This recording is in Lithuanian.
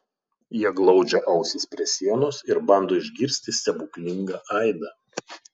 jie glaudžia ausis prie sienos ir bando išgirsti stebuklingą aidą